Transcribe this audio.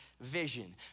vision